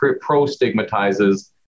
pro-stigmatizes